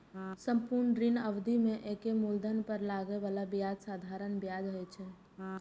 संपूर्ण ऋण अवधि मे एके मूलधन पर लागै बला ब्याज साधारण ब्याज होइ छै